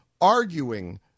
arguing